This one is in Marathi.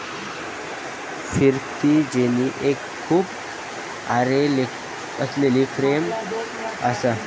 फिरती जेनी एक खूप आरे असलेली फ्रेम असा